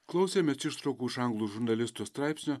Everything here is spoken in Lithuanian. klausėmės ištraukų iš anglų žurnalisto straipsnio